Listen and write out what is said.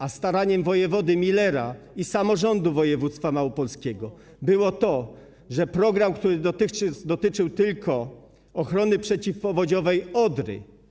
A staraniem wojewody Millera i samorządu województwa małopolskiego było to, że program, który dotyczył tylko ochrony przeciwpowodziowej Odry.